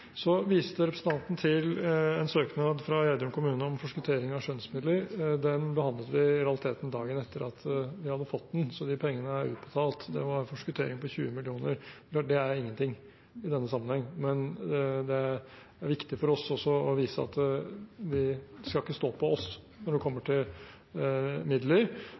viste til en søknad fra Gjerdrum kommune om forskuttering av skjønnsmidler. Den behandlet vi i realiteten dagen etter at vi hadde fått den, så de pengene er utbetalt. Det var en forskuttering på 20 mill. kr. Det er ingenting i denne sammenheng, men det er viktig for oss også å vise at det skal ikke stå på oss når det kommer til midler.